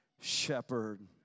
shepherd